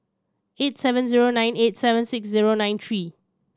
eight seven zero nine eight seven six zero nine three